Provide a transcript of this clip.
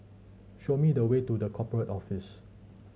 show me the way to The Corporate Office